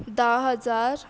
धा हजार